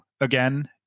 again